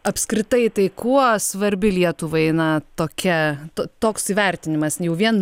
apskritai tai kuo svarbi lietuvai na tokia to toks įvertinimas jau vien